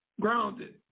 grounded